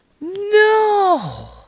No